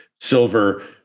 silver